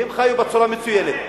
והם חיו בצורה מצוינת.